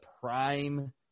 prime